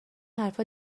حرفا